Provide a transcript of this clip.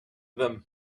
them